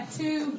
two